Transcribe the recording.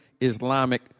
Islamic